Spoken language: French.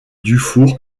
dufour